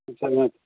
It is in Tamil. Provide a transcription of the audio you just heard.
ம் சரிங்க